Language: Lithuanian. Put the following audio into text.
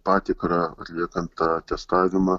patikrą atliekant testavimą